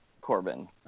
Corbin